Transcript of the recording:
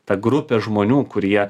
ta grupė žmonių kurie